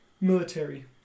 military